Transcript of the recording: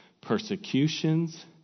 persecutions